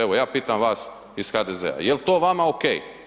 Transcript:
Evo, ja pitam vas iz HDZ-a, je li to vama okej?